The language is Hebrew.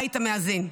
הבית המאזן.